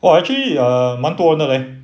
!wah! actually err 蛮多人的 leh